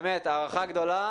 באמת, הערכה גדולה.